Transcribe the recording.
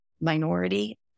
minority